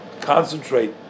concentrate